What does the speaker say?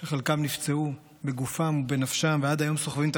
שחלקם נפצעו בגופם ובנפשם ועד היום סוחבים את